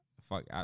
Fuck